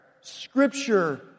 scripture